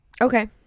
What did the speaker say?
okay